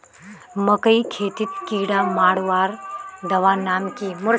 मकई खेतीत कीड़ा मारवार दवा नाम की?